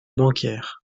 bancaires